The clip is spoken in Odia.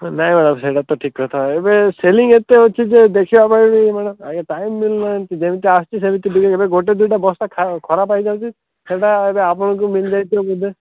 ନା ସେଇଟା ତ ଠିକ୍ କଥା ଏବେ ସେଲିଙ୍ଗ୍ ଗୋଟେ ଅଛି ଯେ ଦେଖିବାପାଇଁ ଏଇ ଟାଇମ୍ ମିଳୁନାହିଁ ଯେମିତି ଆସୁଛି ସେମିତି ଗୋଟେ ଦୁଇଟା ବସ୍ତା ଖରାପ ହେଇଯାଇଛି ସେଇଟା ଯଦି ଆପଣଙ୍କୁ ମିଳି ଯାଇଥିବା ବୋଧେ